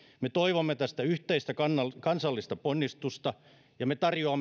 me toivomme tästä yhteistä kansallista kansallista ponnistusta ja me tarjoamme